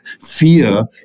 fear